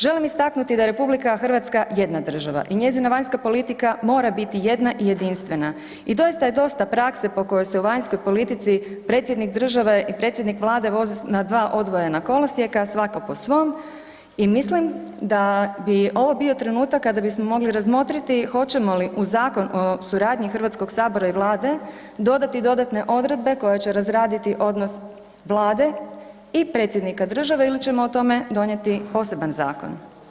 Želim istaknuti da je RH jedna država i njezina vanjska politika mora biti jedna i jedinstvena i doista je dosta prakse po kojoj se u vanjskoj politici predsjednik države i predsjednik vlade voze na dva odvojena kolosijeka, svako po svom i mislim da bi ovo bio trenutak kada bismo mogli razmotriti hoćemo li u Zakon o suradnji HS i vlade dodati dodatne odredbe koje će razraditi odnos vlade i predsjednika države ili ćemo o tome donijeti poseban zakon.